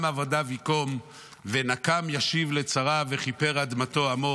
עבדיו יִקום ונקם ישיב לצריו וכִפֶּר אדמתו עמו"